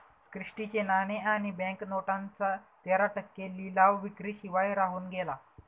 Christie चे नाणे आणि बँक नोटांचा तेरा टक्के लिलाव विक्री शिवाय राहून गेला